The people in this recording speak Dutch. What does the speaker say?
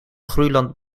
groeiland